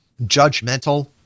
judgmental